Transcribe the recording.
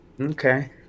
Okay